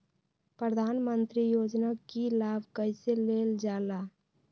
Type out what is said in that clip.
प्रधानमंत्री योजना कि लाभ कइसे लेलजाला?